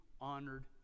honored